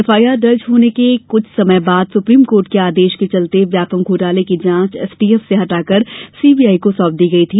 FIR दर्ज होने के कुछ समय बाद सुप्रीम कोर्ट के आदेश के चलते व्यापमं घोटाले की जांच एसटीएफ से हटाकर सीबीआई को सौंप दी गई थी